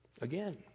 Again